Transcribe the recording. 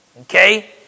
Okay